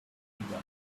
anybody